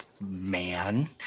man